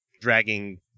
dragging